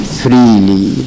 freely